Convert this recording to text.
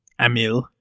Amil